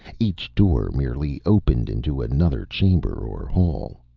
each door merely opened into another chamber or hall.